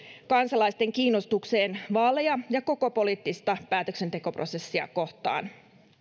kansalaisten kiinnostukseen vaaleja ja koko poliittista päätöksentekoprosessia kohtaan